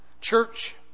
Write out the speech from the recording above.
Church